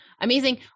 Amazing